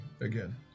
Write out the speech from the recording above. again